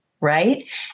right